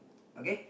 okay